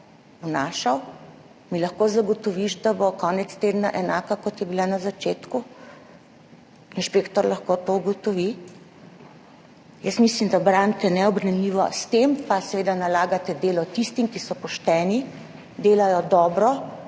tabelico, mi lahko zagotoviš, da bo konec tedna enaka, kot je bila na začetku? Ali lahko inšpektor to ugotovi? Jaz mislim, da branite neubranljivo, s tem pa seveda nalagate delo tistim, ki so pošteni, delajo dobro,